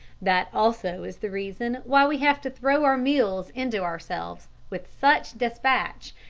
that also is the reason why we have to throw our meals into ourselves with such despatch,